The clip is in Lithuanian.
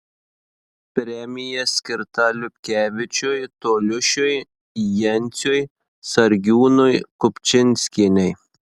premija skirta liupkevičiui toliušiui jenciui sargiūnui kupčinskienei